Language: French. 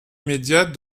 immédiate